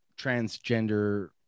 transgender